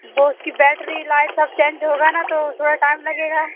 वो उसकी battery light सब चेंज होगा न तो थोड़ा टाइम लगेगा